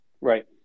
right